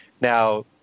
Now